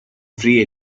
free